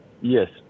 Yes